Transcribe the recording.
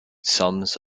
sums